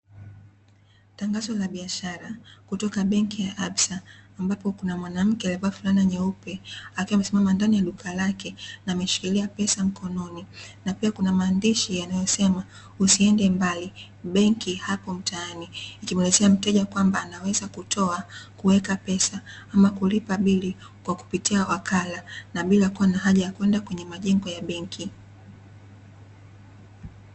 Tangazo la biashara kutoka benki ya Absa ambapo kuna mwanamke aliyevaa fulani nyeupe akiwa amesimama ndani ya duka lake na ameshikilia pesa mkononi na pia kuna maandishi yanayosema usiende mbali benki hapo mtaani ikimwelezea mteja kwamba anaweza kutoa, kuweka pesa ama kulipa bili kwa kupitia wakala na bila kuwa na haja ya kwenda kwenye majengo ya benki.